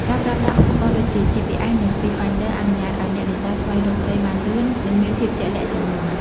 ការប្រើប្រាស់ឧបករណ៍ដូចជា GPS និង Fish Finder អនុញ្ញាតឲ្យអ្នកនេសាទស្វែងរកត្រីបានលឿន និងមានភាពជាក់លាក់ជាងមុន។